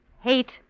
Hate